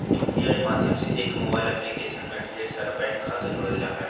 UPI माध्यम से एक मोबाइल एप्लीकेशन में ढेर सारा बैंक खाता जोड़ल जा हय